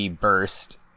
Burst